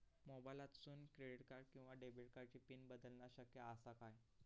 मोबाईलातसून क्रेडिट किवा डेबिट कार्डची पिन बदलना शक्य आसा काय?